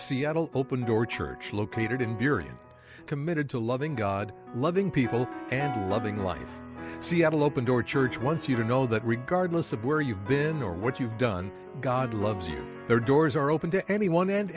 seattle open door church located in theory and committed to loving god loving people and loving life seattle open door church once you know that regardless of where you've been or what you've done god loves their doors are open to anyone and